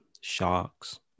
sharks